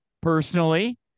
personally